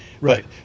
right